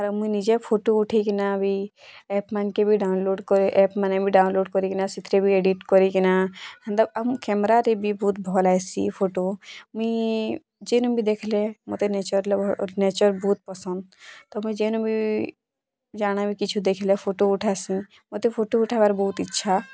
ଆଉ ମୁଇଁ ନିଜେ ଫଟୋ ଉଠେଇକିନା ବି ଆପ୍ ମାନକେ ବି ଡ଼ାଉନଲୋଡ଼୍ କରେ ଆପ ମାନେ ବି ଡ଼ାଉନଲୋଡ଼୍ କରି କିନା ସେଥିରେ ବି ଏଡ଼ିଟ୍ କରି କିନା ହେନ୍ତା ଆମ କ୍ୟାମେରାରେ ବି ବହୁତ ଭଲ ହେସି ଫଟୋ ମୁଇଁ ଯେନୁ ବି ଦେଖଲେ ମୋତେ ନେଚର୍ ଲଭର୍ ନେଚର୍ ବହୁତ ପସନ୍ଦ ତ ମୁଇଁ ଯେନ ବି ଜାଣା ବି କିଛୁ ଦେଖଲେ ଫଟୋ ଉଠାସି ମୋତେ ଫଟୋ ଉଠାବାର ବହୁତ ଇଚ୍ଛା